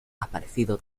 aparecido